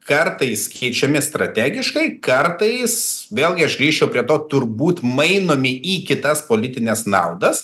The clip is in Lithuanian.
kartais keičiami strategiškai kartais vėlgi aš grįšiu prie to turbūt mainomi į kitas politines naudas